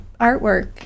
artwork